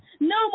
no